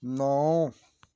ਨੌ